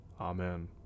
Amen